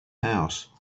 house